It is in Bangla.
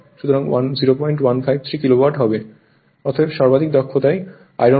অতএব সর্বাধিক দক্ষতায় আয়রন লস কপার লস